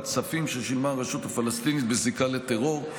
כספים ששילמה הרשות הפלסטינית בזיקה לטרור,